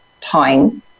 time